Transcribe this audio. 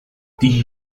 die